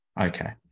Okay